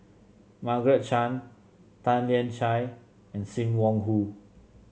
Margaret Chan Tan Lian Chye and Sim Wong Hoo